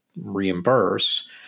reimburse